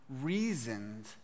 reasoned